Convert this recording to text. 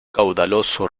caudaloso